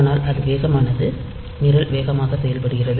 ஆனால் அது வேகமானது நிரல் வேகமாக செயல்படுகிறது